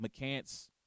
McCants